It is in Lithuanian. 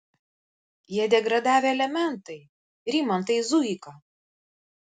jie degradavę elementai rimantai zuika